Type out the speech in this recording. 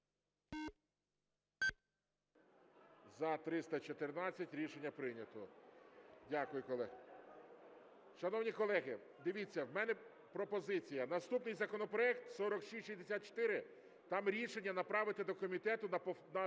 За-314 Рішення прийнято. Дякую, колеги. Шановні колеги, дивіться, в мене пропозиція. Наступний законопроект – 4664, там рішення направити до комітету для